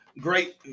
Great